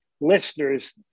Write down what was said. listeners